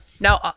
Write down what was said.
Now